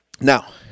Now